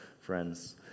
friends